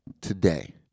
today